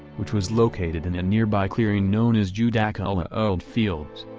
which was located in a nearby clearing known as judaculla old fields.